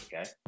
Okay